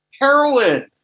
heroin